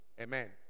Amen